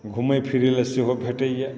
घुमय फिरय लऽ सेहो भेटैए